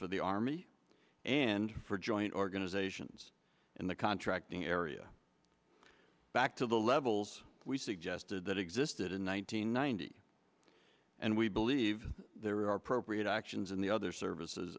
for the army and for joint organizations in the contracting area back to the levels we suggested that existed in one nine hundred ninety and we believe there are pro create actions in the other services